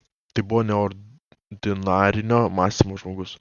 tai buvo neordinarinio mąstymo žmogus